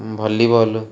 volleyball